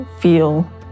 feel